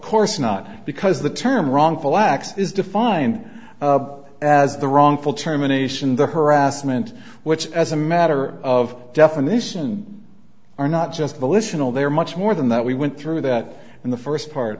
course not because the term wrongful acts is defined as the wrongful termination the harassment which as a matter of definition are not just volitional they are much more than that we went through that in the first part